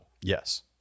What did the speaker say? Yes